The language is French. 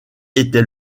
était